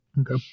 Okay